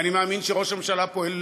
ואני מאמין שראש הממשלה פועל